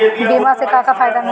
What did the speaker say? बीमा से का का फायदा मिली?